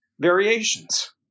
variations